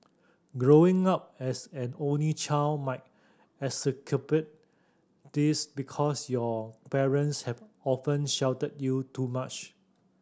growing up as an only child might exacerbate this because your parents have often sheltered you too much